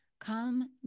Come